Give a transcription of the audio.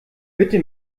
bitte